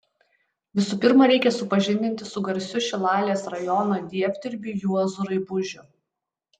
visų pirma reikia supažindinti su garsiu šilalės rajono dievdirbiu juozu raibužiu